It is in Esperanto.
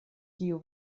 kiu